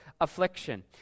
affliction